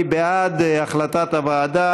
מי בעד החלטת הוועדה?